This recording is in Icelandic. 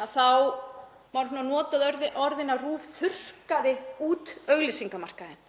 þá voru notuð orðin að RÚV þurrkaði út auglýsingamarkaðinn.